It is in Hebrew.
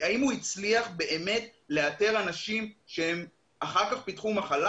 בואו נראה האם הוא באמת הצליח לאתר אנשים שפיתחו אחר כך מחלה.